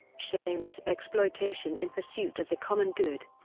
shameless exploitation in pursuit of the common good.